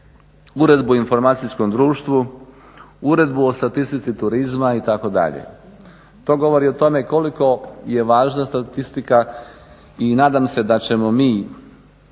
Uredbu o informacijskom društvu, Uredbu o statistici turizma, itd. To govori o tome koliko je važna statistika i nadam se da ćemo mi,